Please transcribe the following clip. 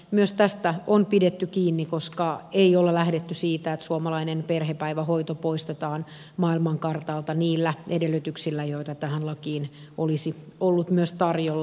myös tästä on pidetty kiinni koska ei olla lähdetty siitä että suomalainen perhepäivähoito poistetaan maailmankartalta niillä edellytyksillä joita tähän lakiin olisi ollut myös tarjolla